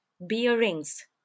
bearings